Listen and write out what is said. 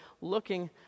looking